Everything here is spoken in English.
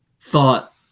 thought